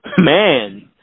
Man